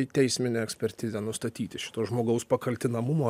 į teisminę ekspertizę nustatyti šito žmogaus pakaltinamumo